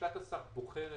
לשכת השר בוחרת